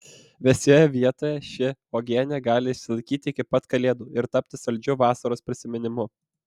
vėsioje vietoje ši uogienė gali išsilaikyti iki pat kalėdų ir tapti saldžiu vasaros prisiminimu